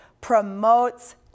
promotes